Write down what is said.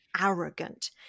arrogant